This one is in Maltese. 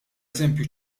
eżempju